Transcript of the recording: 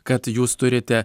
kad jūs turite